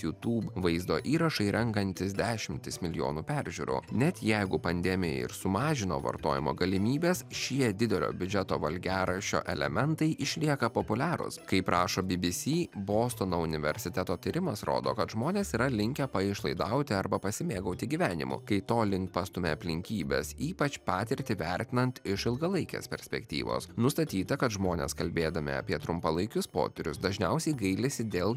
jutūb vaizdo įrašai renkantys dešimtis milijonų peržiūrų net jeigu pandemija ir sumažino vartojimo galimybes šie didelio biudžeto valgiaraščio elementai išlieka populiarūs kaip rašo by by sy bostono universiteto tyrimas rodo kad žmonės yra linkę paišlaidauti arba pasimėgauti gyvenimu kai to link pastumia aplinkybės ypač patirtį vertinant iš ilgalaikės perspektyvos nustatyta kad žmonės kalbėdami apie trumpalaikius potyrius dažniausiai gailisi dėl